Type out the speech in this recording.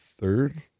third